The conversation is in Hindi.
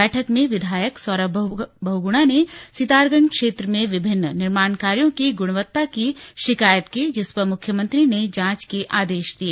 बैठक में विधायक सौरभ बहगुणा ने सितारगंज क्षेत्र में विभिन्न निर्माण कार्यों की गुणवत्ता की शिकायत की जिस पर मुख्यमंत्री ने जांच के आदेश दिए